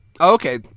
Okay